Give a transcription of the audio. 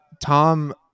Tom